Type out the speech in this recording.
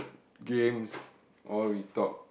games all we talk